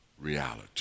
reality